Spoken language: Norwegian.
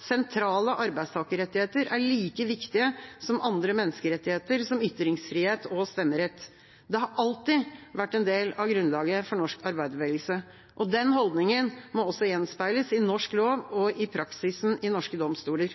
Sentrale arbeidstakerrettigheter er like viktige som andre menneskerettigheter, som ytringsfrihet og stemmerett. Det har alltid vært en del av grunnlaget for norsk arbeiderbevegelse. Den holdningen må også gjenspeiles i norsk lov og i praksisen i norske domstoler.